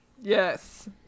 Yes